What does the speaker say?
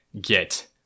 get